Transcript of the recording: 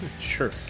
Sure